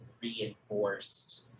reinforced